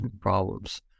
problems